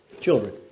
children